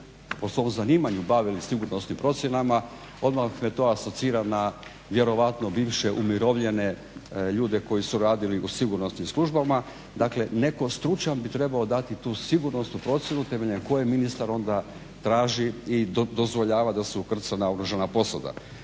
po svom zanimanju bavili sigurnosnim procjenama. Odmah me to asocira na vjerojatno bivše umirovljene ljude koji su radili u sigurnosnim službama. Dakle netko stručan bi trebao dati tu sigurnosnu procjenu temeljem koje ministar onda traži i dozvoljava da se ukrca naoružana posada.